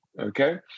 okay